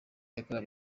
yakorewe